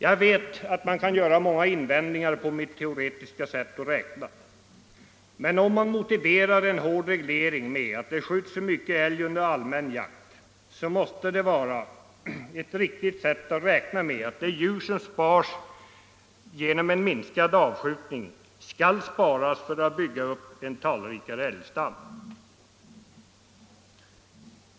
Jag vet att man kan göra många invändningar mot mitt teoretiska sätt att räkna. Men om man motiverar en hård reglering med att det skjuts för mycket älg under allmän jakt, så måste det vara riktigt att räkna med att de djur som spars genom en minskad avskjutning skall behållas för uppbyggande av en talrikare älgstam.